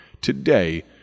today